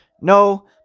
No